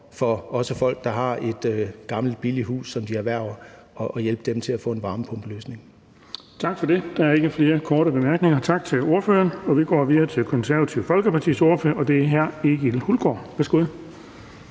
for folk, der har et gammelt, billigt hus, som de erhverver, nemlig hjælpe dem til at få en varmepumpeløsning. Kl. 13:38 Den fg. formand (Erling Bonnesen): Tak for det. Der er ikke flere korte bemærkninger. Tak til ordføreren. Vi går videre til Det Konservative Folkepartis ordfører, og det er hr. Egil Hulgaard. Værsgo.